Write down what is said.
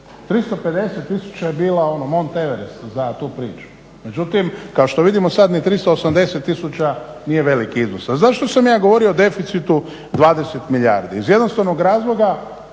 350000 je bila ono Mont Everest za tu priču, međutim kao što vidimo sad ni 380000 nije veliki iznos. A zašto sam ja govorio o deficitu 20 milijardi? Iz jednostavnog razloga